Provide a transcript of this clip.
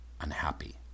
unhappy